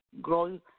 grow